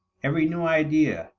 every new idea,